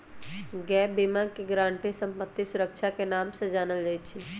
gap बीमा के guarantee संपत्ति सुरक्षा के नाम से जानल जाई छई